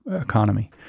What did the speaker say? economy